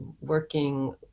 working